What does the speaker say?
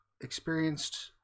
experienced